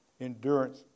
Endurance